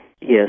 Yes